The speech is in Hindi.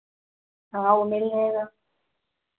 हाँ वह मिल जाएगा